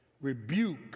rebuke